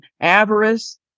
avarice